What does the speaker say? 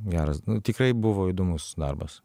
geras tikrai buvo įdomus darbas